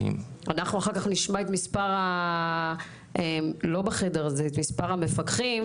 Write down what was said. אנחנו אחר כך נשמע לא בחדר הזה את מספר המפקחים,